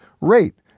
rate